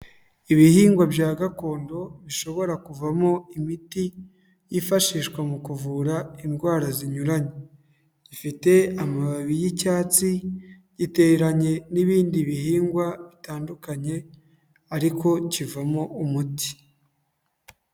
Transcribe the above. Ibihingwa bya gakondo bishobora kuvamo imiti yifashishwa mu kuvura indwara zinyuranye. Gifite amababi y'icyatsi, giteranye n'ibindi bihingwa bitandukanye ariko kivamo umuti.